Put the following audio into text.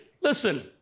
Listen